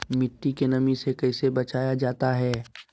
मट्टी के नमी से कैसे बचाया जाता हैं?